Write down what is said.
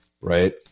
Right